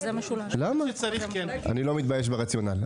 אני לא מתבייש ברציונל.